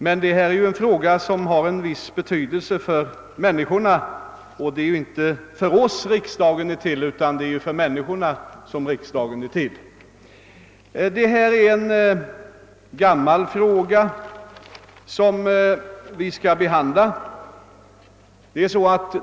Men detta är en fråga som har en viss betydelse för människorna i vårt land, och det är inte för oss som riksdagen är till utan för dem. Det är en gammal fråga vi nu skall behandla.